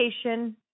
Education